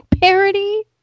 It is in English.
parody